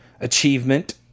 achievement